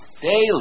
daily